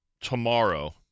tomorrow